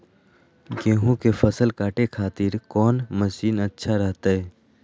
गेहूं के फसल काटे खातिर कौन मसीन अच्छा रहतय?